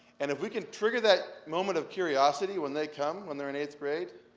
and if we can trigger that moment of curiosity when they come, when they're in eighth grade,